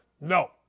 No